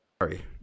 sorry